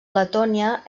letònia